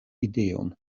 ideon